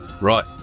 Right